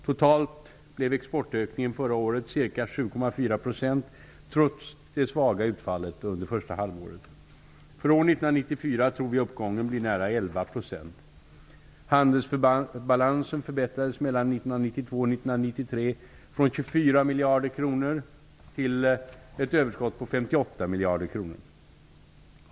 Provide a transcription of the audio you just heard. Totalt blev exportökningen förra året ca För år 1994 tror vi uppgången blir nära 11 %. Handelsbalansen förbättrades mellan 1992 och 1993 från 24 miljarder kronor till ett överskott på 58 miljarder kronor.